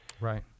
Right